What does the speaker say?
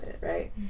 right